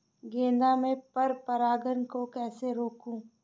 गेंदा में पर परागन को कैसे रोकुं?